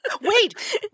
Wait